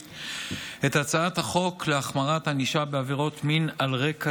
ולשוויון מגדרי לדיון בהצעת חוק תקיפה מינית על רקע